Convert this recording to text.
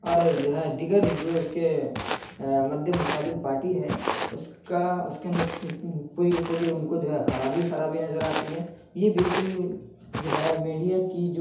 اور جو ہے دیگر جو اس کے مدِ مقابل پارٹی ہے اس کا اس کے اندر پوری کی پوری ان کو جو ہے خرابی ہی خرابی ہی نظر آتی ہے یہ بالکل جو ہے میڈیا کی جو